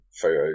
photos